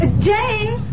Jane